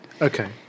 Okay